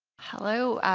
hello.